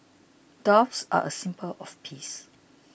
doves are a symbol of peace